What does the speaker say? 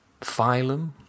Phylum